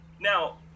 now